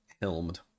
helmed